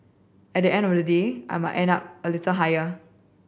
at the end of the day I might end up a little higher